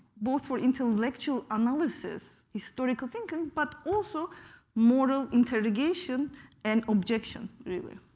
both for intellectual analysis, historical thinking, but also moral interrogation and objection, really.